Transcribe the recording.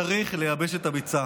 צריך לייבש את הביצה,